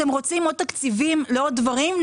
אתם רוצים עוד תקציבים לעוד דברים?